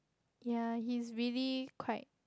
yea he is really quite